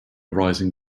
rising